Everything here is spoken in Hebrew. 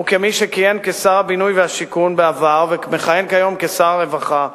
וכמי שכיהן כשר הבינוי והשיכון בעבר ומכהן כיום כשר הרווחה,